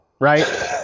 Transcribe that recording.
Right